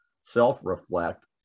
self-reflect